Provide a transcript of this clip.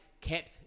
kept